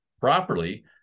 properly